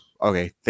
okay